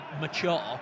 mature